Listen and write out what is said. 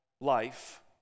life